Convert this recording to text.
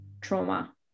trauma